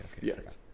Yes